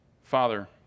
Father